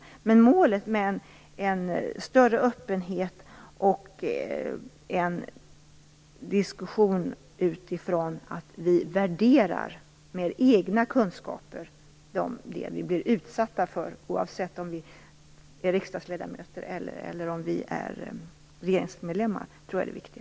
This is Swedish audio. Jag tror att målet med en större öppenhet och en diskussionen utifrån att vi värderar det vi blir utsatta för med egna kunskaper, oavsett om vi är riksdagsledamöter eller om vi är regeringsmedlemmar, är det viktiga.